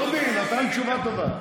דודי, נתן תשובה טובה.